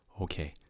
Okay